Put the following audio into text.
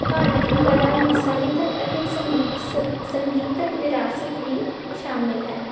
ਭਾਰਤੀ ਕਲਾ ਵਿੱਚ ਸਾਹਿਤਕ ਅਤੇ ਸੰਗੀਤ ਸ ਸੰਗੀਤਕ ਵਿਰਾਸਤ ਵੀ ਸ਼ਾਮਿਲ ਹੈ